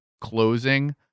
closing